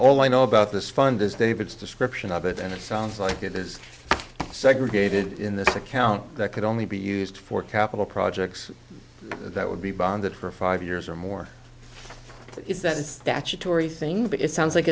all i know about this fund is david's description of it and it sounds like it is segregated in this account that could only be used for capital projects that would be bonded for five years or more is that a statutory thing but it sounds like